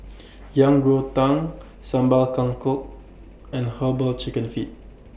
Yang Rou Tang Sambal Kangkong and Herbal Chicken Feet